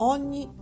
Ogni